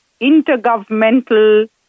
intergovernmental